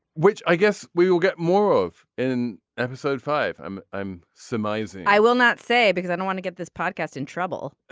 which i guess we will get more of an episode five. i'm i'm surmising i will not say because i don't want to get this podcast in trouble